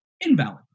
invalid